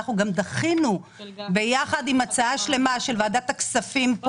אנחנו גם דחינו ביחד עם הצעה שלמה של ועדת הכספים,